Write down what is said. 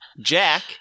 Jack